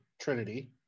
Trinity